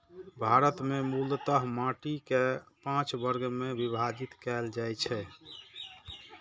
भारत मे मूलतः माटि कें पांच वर्ग मे विभाजित कैल जाइ छै